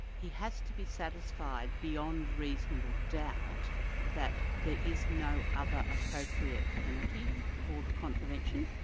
he has to be satisfied beyond reasonable doubt that there is no other appropriate penalty for the contravention.